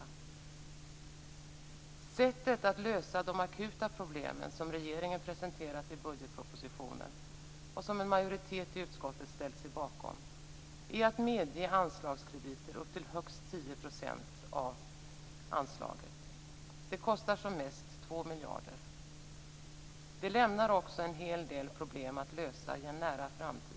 Det sätt att lösa de akuta problemen som regeringen har presenterat i budgetpropositionen, och som en majoritet av utskottet ställt sig bakom, är att medge anslagskrediter upp till högst 10 % av anslaget. Det kostar som mest 2 miljarder. Det lämnar också en hel del problem att lösa i en nära framtid.